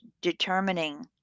determining